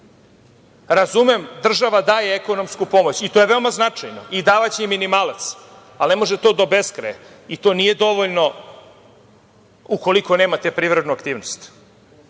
Razumem država daje ekonomsku pomoć. To je veoma značajno. Davaće i minimalac, ali ne može to do beskraja. To nije dovoljno ukoliko nemate privrednu aktivnost.